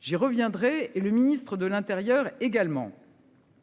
J'y reviendrai et le ministre de l'Intérieur également.--